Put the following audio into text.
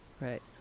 Right